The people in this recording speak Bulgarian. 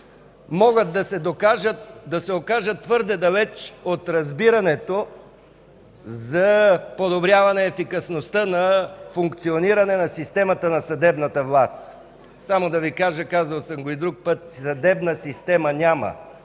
могат да се окажат твърде далеч от разбирането за подобряване ефикасността на функционирането на системата на съдебната власт. Само да Ви кажа, казвал съм го и друг път – съдебна система няма,